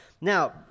Now